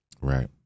right